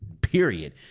period